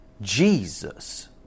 Jesus